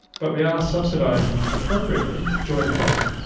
but we are subsidising appropriately joint replacement.